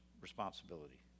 responsibility